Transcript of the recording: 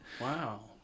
Wow